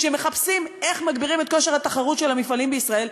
כשמחפשים איך מגבירים את כושר התחרות של המפעלים בישראל,